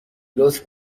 لطف